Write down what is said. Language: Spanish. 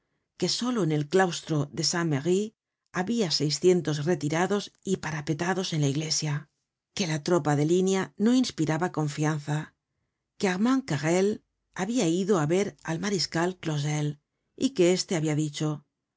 que solo en el claustro de san merry habia seiscientos retirados y parapetados en la iglesia que la tropa de línea no inspiraba confianza que armandcarrel habia ido á ver al mariscal clausel y que este habia dicho